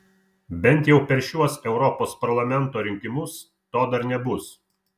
bent jau per šiuos europos parlamento rinkimus to dar nebus